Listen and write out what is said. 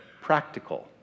Practical